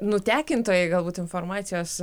nutekintojai gal būt informacijos